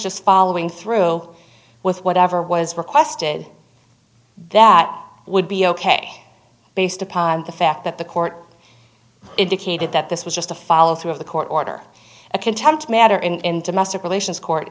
just following through with whatever was requested that would be ok based upon the fact that the court indicated that this was just a follow through of the court order a contempt matter in domestic relations court